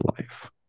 life